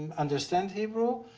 and understand hebrew,